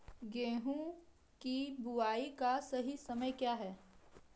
गेहूँ की बुआई का सही समय क्या है?